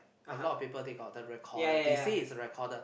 a lot of people they got the recorder they say it's a recorder